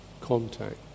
contact